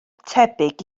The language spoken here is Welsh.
tebyg